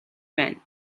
байна